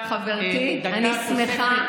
חברתי, אני שמחה.